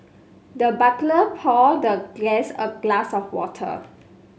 the butler poured the guest a glass of water